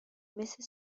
مثل